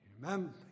Remember